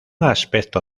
aspecto